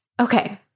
Okay